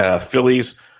Phillies